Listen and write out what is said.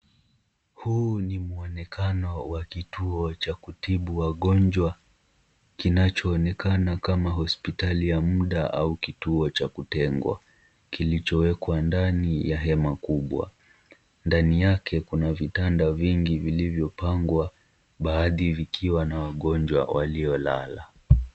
Huu ni mwonekano wa kituo cha kutibu wagonjwa kinachoonekana kama hospitali ya muda au kituo cha kutengwa kilichowekwa ndani ya hema kubwa. Ndani yake kuna vitanda vingi vilivyopangwa baadhi vikiwa na wagonjwa waliolala.